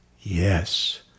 Yes